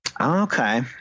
Okay